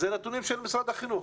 אלה נתונים של משרד החינוך.